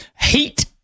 heat